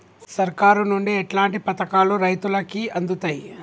సర్కారు నుండి ఎట్లాంటి పథకాలు రైతులకి అందుతయ్?